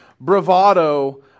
bravado